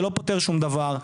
זה לא פותר שום דבר,